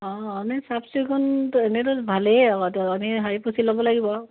অঁ আমি চাফ চিকুণটো এনেইতো ভালেই আকো আমি সাৰি পুচি ল'ব লাগিব ৰু